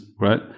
right